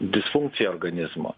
disfunkcija organizmo